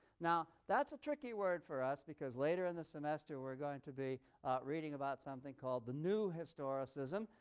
now that's a tricky word for us because later in the semester we're going to be reading about something called the new historicism,